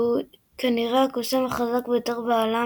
שהוא כנראה הקוסם החזק ביותר בעולם,